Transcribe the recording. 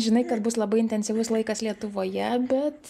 žinai kad bus labai intensyvus laikas lietuvoje bet